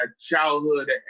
childhood